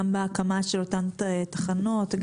בהקמה של אותן תחנות,